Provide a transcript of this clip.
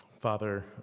Father